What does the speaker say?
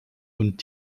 und